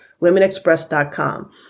Womenexpress.com